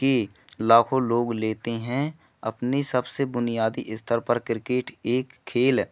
की लाखों लोग लेते हैं अपनी सबसे बुनियादी स्तर पर किरकेट एक खेल